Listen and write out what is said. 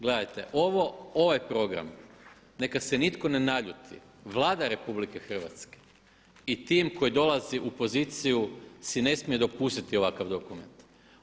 Gledajte, ovaj program neka se nitko ne naljuti Vlada Republike Hrvatske i tim koji dolazi u poziciju si ne smije dopustiti ovakav dokument.